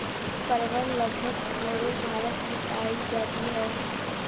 परवल लगभग पूरे भारत में पाई जाती है